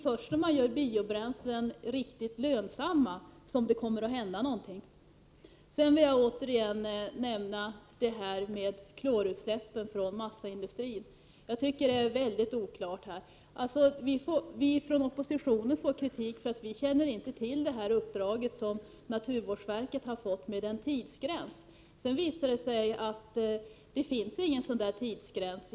Först när biobränslen blir riktigt lönsamma kommer det att hända någonting. Sedan vill jag återigen säga något om klorutsläppen från massaindustrin. | Jag tycker att det råder stor oklarhet på denna punkt. Vi i oppositionen får kritik för att vi inte känner till det uppdrag som naturvårdsverket har fått när det gäller tidsgränsen. Men sedan visar det sig att det inte angetts någon tidsgräns.